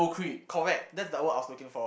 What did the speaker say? correct that's the word I was looking for